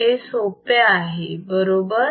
हे सोपे आहे बरोबर